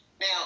Now